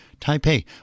taipei